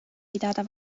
pidada